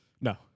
No